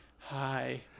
hi